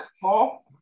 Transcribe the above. Paul